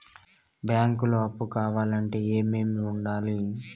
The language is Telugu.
బ్యాంకులో అప్పు కావాలంటే ఏమేమి ఉండాలి?